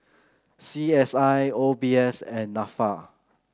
C S I O B S and NAFA